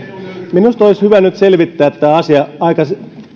minusta olisi hyvä nyt selvittää tämä asia aika